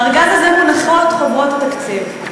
בארגז הזה מונחות חוברות התקציב.